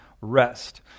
rest